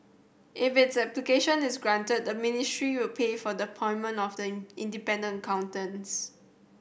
if its application is granted the ministry will pay for the appointment of the independent accountants